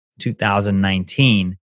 2019